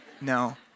No